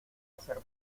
hacer